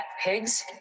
pigs